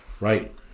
Right